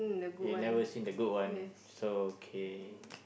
you never seen a good one so okay